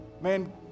Man